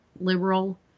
liberal